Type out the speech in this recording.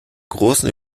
großen